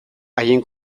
haien